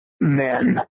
men